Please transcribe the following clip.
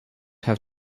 have